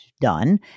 done